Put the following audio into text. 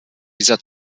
dieser